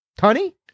Honey